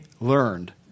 learned